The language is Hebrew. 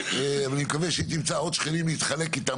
אני מקווה שהיא תמצא עוד שכנים להתחלק איתם